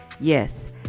yes